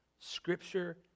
Scripture